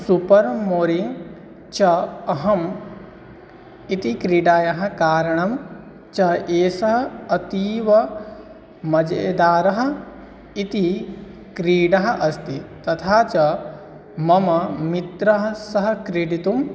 super Mario च अहम् इति क्रीडायाः कारणं च येसः अतीव मजेदारः इति क्रीडा अस्ति तथा च मम मित्रैः सह क्रीडितुम्